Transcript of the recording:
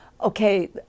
Okay